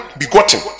begotten